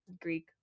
greek